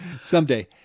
someday